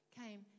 came